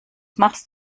machst